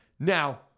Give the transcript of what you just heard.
Now